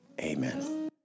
amen